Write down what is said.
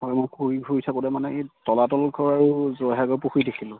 হয় মই ঘুৰি ফুৰি চাবলৈ মানে এই তলাতল ঘৰ আৰু জয়সাগৰ পুখুৰী দেখিলোঁ